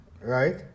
right